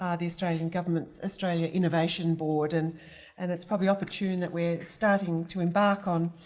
ah the australian government's australia innovation board. and and it's probably opportune that we're starting to embark on,